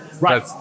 Right